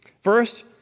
First